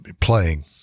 playing